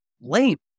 lame